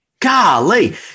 Golly